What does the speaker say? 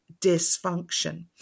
dysfunction